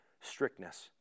strictness